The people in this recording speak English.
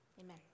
Amen